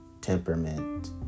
temperament